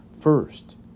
First